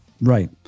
right